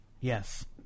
Yes